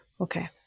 Okay